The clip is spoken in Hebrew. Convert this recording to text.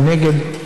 מי נגד?